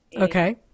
Okay